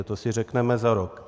To si řekneme za rok.